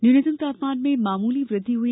न्यूनतम तापमान में मामूली वृद्धि हुई